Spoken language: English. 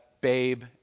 Babe